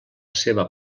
seva